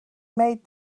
made